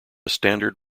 standard